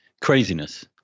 craziness